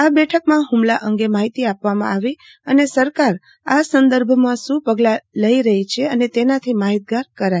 આ બેઠકમાં હૂમલા અંગે માહિતી આપવામાં આવશે અને સરકાર આ સંદર્ભમાં શું પગલા લઈ રહી છે તેનાથી માહિતગાર કરાશે